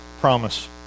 promise